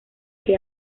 que